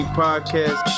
podcast